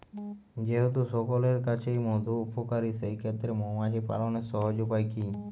যেহেতু সকলের কাছেই মধু উপকারী সেই ক্ষেত্রে মৌমাছি পালনের সহজ উপায় কি?